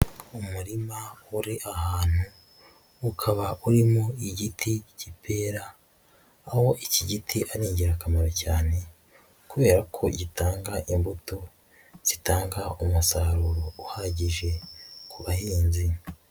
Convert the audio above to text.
Umurima uri ahantu ukaba urimo igiti k'ipera, aho iki giti ari ingirakamaro cyane kubera ko gitanga imbuto, gitanga umusaruro uhagije ku bahinzi.